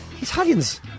Italians